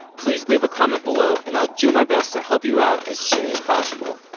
please leave a comment below and i'll do my best to help you out as soon as possible.